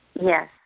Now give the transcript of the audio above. Yes